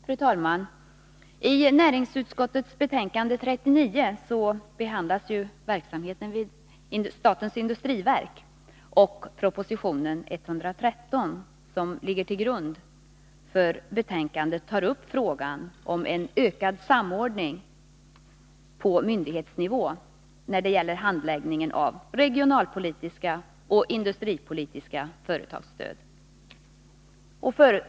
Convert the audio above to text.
Fru talman! I näringsutskottets betänkande nr 39 behandlas verksamheten vid statens industriverk. I proposition 113, som ligger till grund för betänkandet, tar man upp frågan om en ökad samordning på myndighetsnivå när det gäller handläggning av regionalpolitiska och industripolitiska företagsstöd.